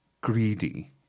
greedy